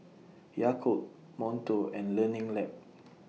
Yakult Monto and Learning Lab